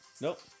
Nope